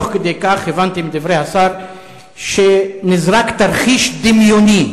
תוך כדי כך הבנתי מדברי השר שנזרק תרחיש דמיוני